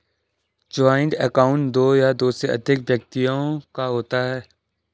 joint account दो या दो से अधिक व्यक्तियों का होता है